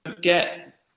get